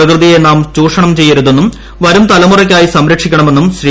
പ്രകൃതിക്കുന്നാം ചൂഷണം ചെയ്യരുതെന്നും വരും തലമുറയ്ക്കായി സംരക്ഷിക്കണമെന്യൂർ ശ്രീ